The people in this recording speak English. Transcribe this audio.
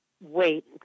wait